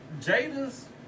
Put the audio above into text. Jada's